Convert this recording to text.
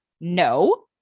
no